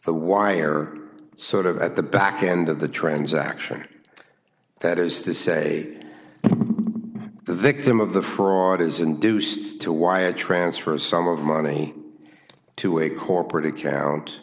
the wire sort of at the back end of the transaction that is to say the victim of the fraud is induced to wire transfer a sum of money to a corporate account